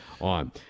on